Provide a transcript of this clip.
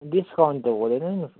discount त हुँदैन नि